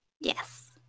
Yes